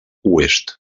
oest